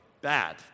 Bad